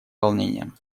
волнением